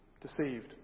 deceived